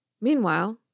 Meanwhile